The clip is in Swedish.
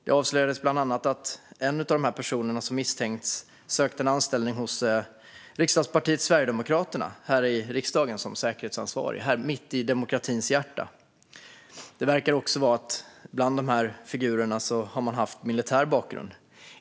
Det avslöjades bland annat att en av de personer som misstänks sökt en anställning som säkerhetsansvarig hos riksdagspartiet Sverigedemokraterna här i riksdagen, mitt i demokratins hjärta. Det verkar också vara så att man bland de här figurerna har militär bakgrund.